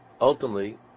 ultimately